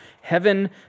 Heaven